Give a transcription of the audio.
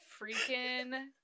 freaking